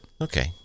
okay